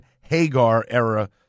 Hagar-era